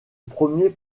premier